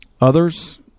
others